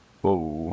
Whoa